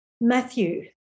Matthew